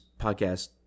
podcast